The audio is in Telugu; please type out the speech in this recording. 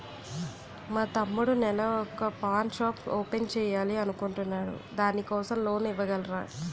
మా తమ్ముడు నెల వొక పాన్ షాప్ ఓపెన్ చేయాలి అనుకుంటునాడు దాని కోసం లోన్ ఇవగలరా?